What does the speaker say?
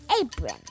apron